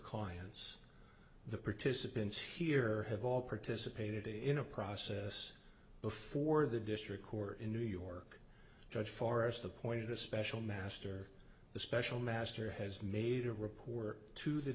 clients the participants here have all participated in a process before the district court in new york judge forest appointed a special master the special master has made a report to the